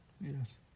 Yes